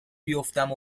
بیفتم